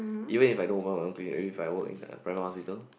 even if I don't open my own clinic maybe if I work in a private hospital